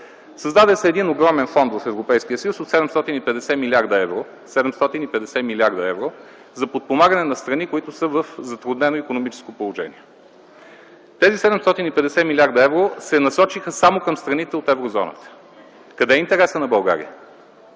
Създаде се огромен фонд в Европейския съюз от 750 млрд. евро за подпомагане на страни, които са в затруднено икономическо положение. Тези 750 млрд. евро се насочиха само към страните от Еврозоната. Къде е интересът на България?